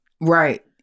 right